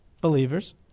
Believers